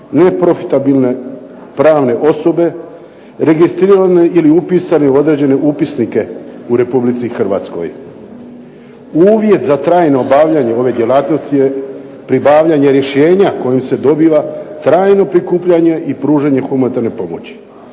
neprofitabilne pravne osobe, registrirani ili upisani u određene upisnike u Republici Hrvatskoj. Uvjet za trajno obavljanje ove djelatnosti je pribavljanje rješenja kojim se dobiva trajno prikupljanje i pružanje humanitarne pomoći.